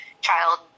child